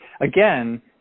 again